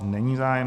Není zájem